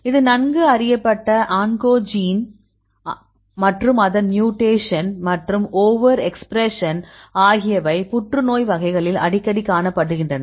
இது நன்கு அறியப்பட்ட ஆன்கோஜீன் மற்றும் அதன் மியூட்டேஷன் மற்றும் ஓவர் எக்ஸ்பிரஷன் ஆகியவை புற்றுநோய் வகைகளில் அடிக்கடி காணப்படுகின்றன